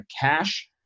cash